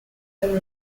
and